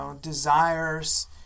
desires